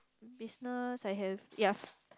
business I have yeah